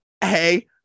hey